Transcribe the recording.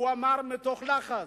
הוא אמר מתוך לחץ.